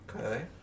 Okay